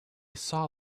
saw